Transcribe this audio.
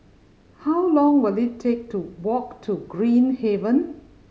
how long will it take to walk to Green Haven